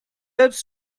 jetzt